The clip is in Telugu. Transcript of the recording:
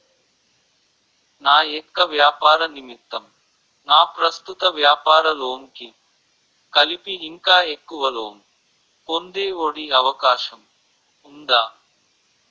నా యెక్క వ్యాపార నిమిత్తం నా ప్రస్తుత వ్యాపార లోన్ కి కలిపి ఇంకా ఎక్కువ లోన్ పొందే ఒ.డి అవకాశం ఉందా?